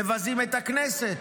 מבזים את הכנסת,